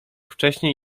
wcześniej